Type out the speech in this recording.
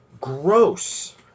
gross